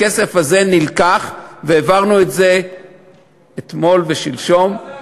הכסף הזה נלקח והעברנו את זה אתמול ושלשום,